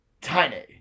Tiny